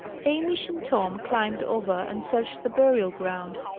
hamish and tom climbed over and searched the burial-ground.